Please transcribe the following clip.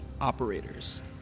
operators